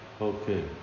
Okay